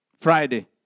Friday